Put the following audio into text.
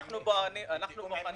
רק טכנית שתדעו היכן אנחנו עומדים.